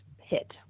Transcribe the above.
hit